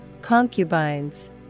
concubines